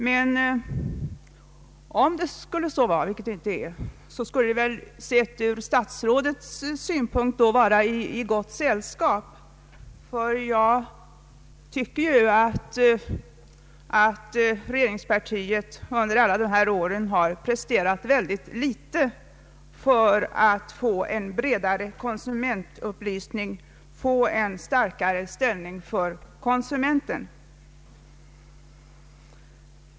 Men om det skul le så vara — vilket det nu inte är — betyder det väl, sett ur statsrådets synpunkt, att vi är i gott sällskap. Enligt mitt förmenande har regeringspartiet under alla dessa år inte gjort mycket för att få till stånd en bredare konsumentupplysning och för att ge konsumenten en starkare ställning.